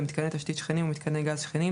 למיתקני תשתית שכנים ומיתקני גז שכנים,